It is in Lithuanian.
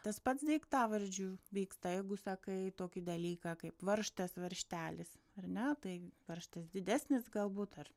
tas pats daiktavadžių vyskta jeigu sakai tokį dalyką kaip varžtas varžtelis ar ne tai varžtas didesnis galbūt ar